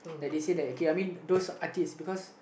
like they say that like I mean okay those artists because